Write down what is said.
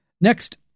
Next